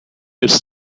ist